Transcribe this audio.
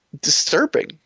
disturbing